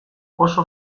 oso